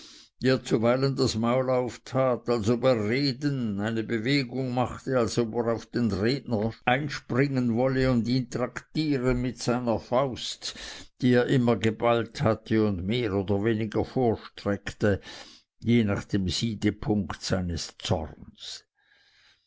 zuweilen das maul auftat als ob er reden eine bewegung machte als ob er auf den redner einspringen wolle und ihn traktieren mit seiner faust die er immer geballt hatte und mehr oder weniger vorstreckte je nach dem siedpunkte seines zorns